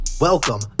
Welcome